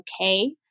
okay